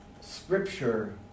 Scripture